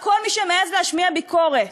על כל מי שמעז להשמיע ביקורת.